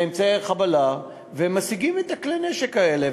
ואמצעי חבלה, והם משיגים את כלי הנשק האלה.